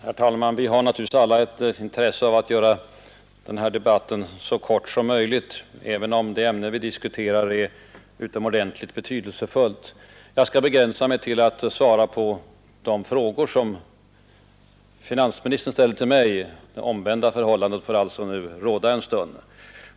Herr talman! Vi har naturligtvis alla ett intresse av att göra den här debatten så kort som möjligt, även om det ämne vi diskuterar är utomordentligt betydelsefullt. Jag skall begränsa mig till att svara på de frågor som finansministern ställde till mig — det omvända förhållandet får alltså nu råda en stund.